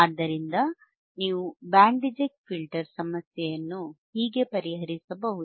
ಆದ್ದರಿಂದ ನೀವು band reject filter ಸಮಸ್ಯೆಯನ್ನು ಹೀಗೆ ಪರಿಹರಿಸಬಹುದು